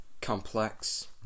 complex